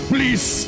Please